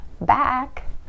back